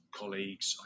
colleagues